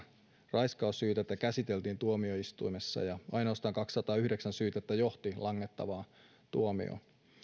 raiskaussyytettä käsiteltiin tuomioistuimessa ja ainoastaan kaksisataayhdeksän syytettä johti langettavaan tuomioon